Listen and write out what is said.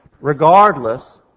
regardless